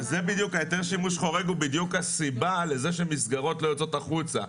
היתר שימוש חורג הוא בדיוק הסיבה לזה שמסגרות לא יוצאות החוצה.